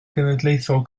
genedlaethol